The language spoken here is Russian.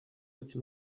этим